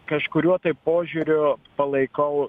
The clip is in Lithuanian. kažkuriuo tai požiūriu palaikau